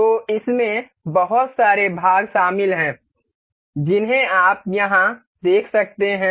तो इसमें बहुत सारे भाग शामिल हैं जिन्हें आप यहाँ देख सकते हैं